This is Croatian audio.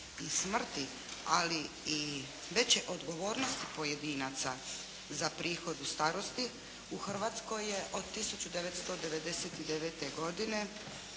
ali i veće odgovornosti pojedinca za prihod u starosti u Hrvatskoj je od 1999. godine